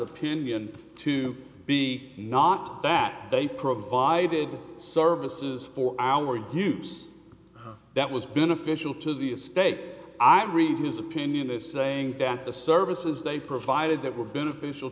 opinion to be not that they provided services for our use that was beneficial to the estate i read his opinion this saying that the services they provided that were beneficial